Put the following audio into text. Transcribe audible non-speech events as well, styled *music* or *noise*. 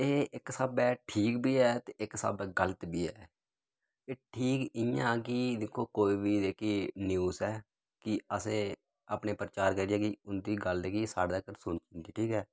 एह् एक्क स्हाबै ठीक बी ऐ ते एक्क स्हाबै गलत बी ऐ एह् ठीक इयां कि दिक्खो कोई बी जेह्की न्यूज़ ऐ कि असें अपने प्रचार च जेह्ड़ी उन्दी गल्ल गी साढ़े तगर सुनी *unintelligible* ठीक ऐ